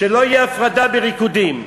שלא תהיה הפרדה בריקודים.